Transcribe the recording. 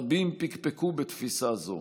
רבים פקפקו בתפיסה זו,